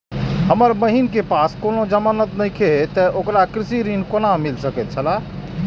हमर बहिन के पास कोनो जमानत नेखे ते ओकरा कृषि ऋण कोना मिल सकेत छला?